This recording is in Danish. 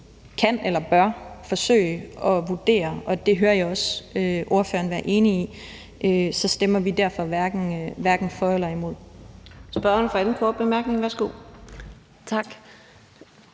kan eller bør forsøge at vurdere, og det hører jeg også ordføreren være enig i, stemmer vi derfor hverken for eller imod. Kl. 12:10 Fjerde næstformand